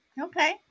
okay